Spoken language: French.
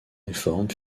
réforme